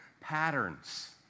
Patterns